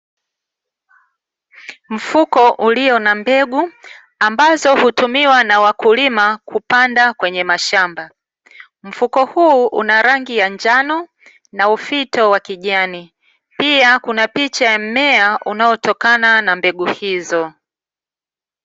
Mfuko ulio na mbegu ambazo hutumiwa na wakulima kupanda kwenye mashamba. Mfuko huu una rangi ya njano na ufito wa kijani. Pia kuna picha ya mmea unaotokana na mbegu hizo.